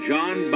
John